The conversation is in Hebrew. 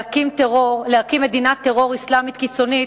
להקים מדינת טרור אסלאמית קיצונית